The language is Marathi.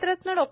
भारतरत्न डॉ